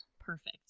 Perfect